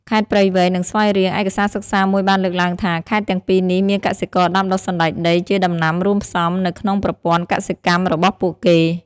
ខេត្តព្រៃវែង និងស្វាយរៀង ឯកសារសិក្សាមួយបានលើកឡើងថា ខេត្តទាំងពីរនេះមានកសិករដាំដុះសណ្តែកដីជាដំណាំរួមផ្សំនៅក្នុងប្រព័ន្ធកសិកម្មរបស់ពួកគេ។